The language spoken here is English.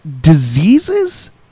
diseases